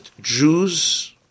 Jews